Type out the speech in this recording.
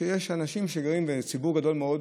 יש אנשים, ציבור גדול מאוד,